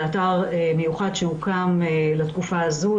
שזה אתר מיוחד שהוקם בתקופה הזאת,